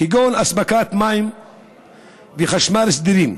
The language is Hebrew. כגון אספקת מים וחשמל סדירים,